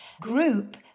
group